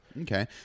Okay